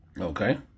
Okay